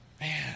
man